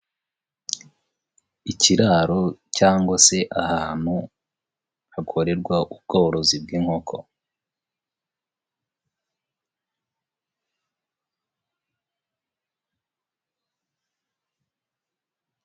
Ikiraro cyangwa se ahantu hakorerwa ubworozi bw'inkoko.